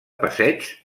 passeigs